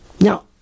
Now